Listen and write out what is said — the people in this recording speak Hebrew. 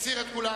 מסיר את כולן.